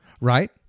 right